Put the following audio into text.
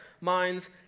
minds